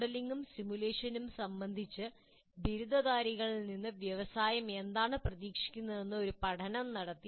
മോഡലിംഗും സിമുലേഷനും സംബന്ധിച്ച് ബിരുദധാരികളിൽ നിന്ന് വ്യവസായം എന്താണ് പ്രതീക്ഷിക്കുന്നതെന്ന് ഒരു പഠനം നടത്തി